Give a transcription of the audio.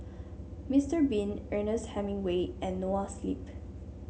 Mister Bean Ernest Hemingway and Noa Sleep